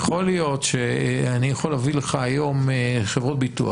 אני יכול להביא לך היום חברות ביטוח,